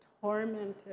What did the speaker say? tormented